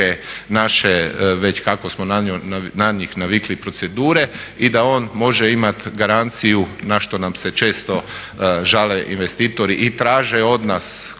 naše, već kako smo na njih navikli procedure i da on može imat garanciju na što nam se često žale investitori i traže od nas